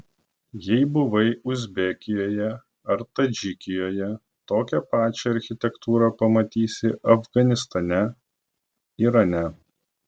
jei buvai uzbekijoje ar tadžikijoje tokią pačią architektūrą pamatysi afganistane irane